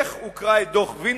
לך וקרא את דוח-וינוגרד,